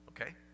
Okay